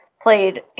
played